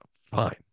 fine